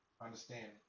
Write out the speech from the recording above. understand